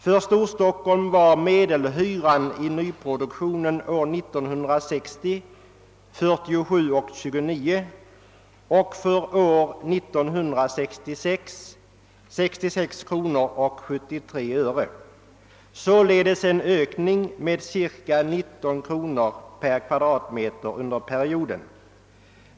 För Stor-Stockholm var medelhyran i nyproduktionen år 1960 47 kronor 29 öre och år 1966 66 kronor 73 öre. Det innebär en ökning med cirka 19 kronor per kvadratmeter under perioden.